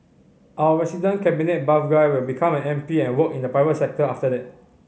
our resident cabinet buff guy will become an M P and work in the private sector after that